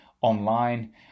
online